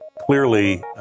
clearly